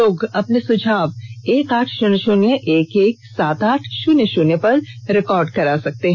लोग अपने सुझाव एक आठ शून्य शून्य एक एक सात आठ शून्य शून्य पर रिकार्ड करवा सकते हैं